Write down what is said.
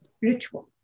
Rituals